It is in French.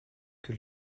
que